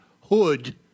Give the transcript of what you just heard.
hood